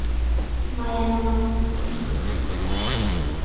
Myanmar